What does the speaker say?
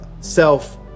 self